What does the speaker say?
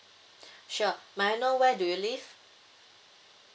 sure may I know where do you live